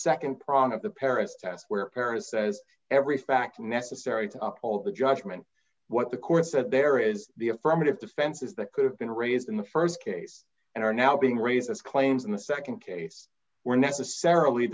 nd prong of the paris test where paris says every fact necessary to uphold the judgment what the court said there is the affirmative defenses that could have been raised in the st case and are now being raised as claims in the nd case were necessarily